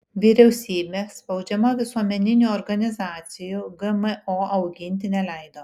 vyriausybė spaudžiama visuomeninių organizacijų gmo auginti neleido